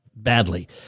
Badly